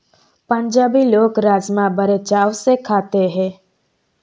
पंजाबी लोग राज़मा बड़े चाव से खाते हैं